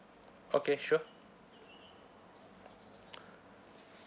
okay sure